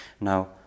Now